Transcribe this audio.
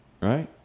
Right